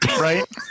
right